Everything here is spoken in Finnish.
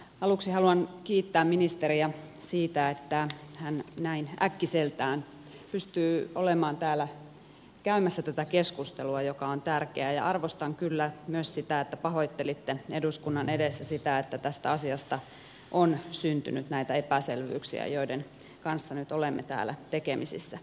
aluksi haluan kiittää ministeriä siitä että hän näin äkkiseltään pystyy olemaan täällä käymässä tätä keskustelua joka on tärkeä ja arvostan kyllä myös sitä että pahoittelitte eduskunnan edessä sitä että tästä asiasta on syntynyt näitä epäselvyyksiä joiden kanssa nyt olemme täällä tekemisissä